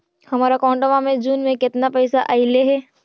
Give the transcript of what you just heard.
हमर अकाउँटवा मे जून में केतना पैसा अईले हे?